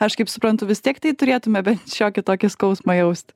aš kaip suprantu vis tiek tai turėtume bent šiokį tokį skausmą jaust